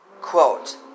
Quote